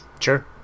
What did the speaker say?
Sure